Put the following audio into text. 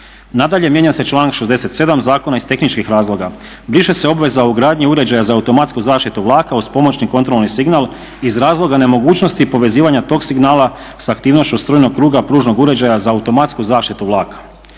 Nadalje, mijenja se članak 67. Zakona iz tehničkih razloga. Briše se obveza o ugradnji uređaja za automatsku zaštitu vlaka uz pomoćni kontrolni signal iz razloga nemogućnosti povezivanja tog signala sa aktivnošću strujnog kruga pružnog uređaja za automatsku zaštitu vlaka,